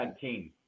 team